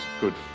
good